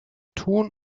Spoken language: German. tun